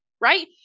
Right